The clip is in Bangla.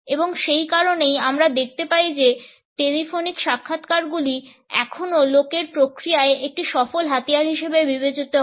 এবং সেই কারণেই আমরা দেখতে পাই যে টেলিফোনিক সাক্ষাৎকারগুলি এখনও লোক নিয়োগের প্রক্রিয়ায় একটি সফল হাতিয়ার হিসাবে বিবেচিত হয়